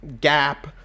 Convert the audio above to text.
gap